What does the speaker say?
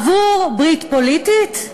עבור ברית פוליטית?